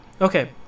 okay